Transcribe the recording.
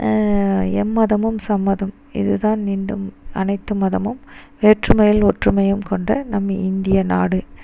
எம்மதமும் சம்மதம் இது தான் இந்தும் அனைத்து மதமும் வேற்றுமையில் ஒற்றுமையும் கொண்ட நம் இந்திய நாடு